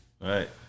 Right